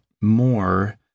more